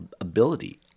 ability